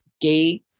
gay